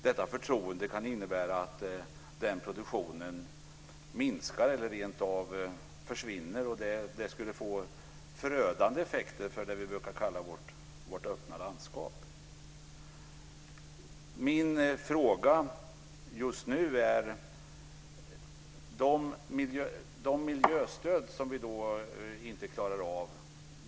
Det kan innebära att produktionen minskar eller rentav försvinner, och det skulle få förödande effekter på det som vi brukar kalla för vårt öppna landskap. Min fråga just nu gäller de miljöstöd som jag menar att vi inte klarar av.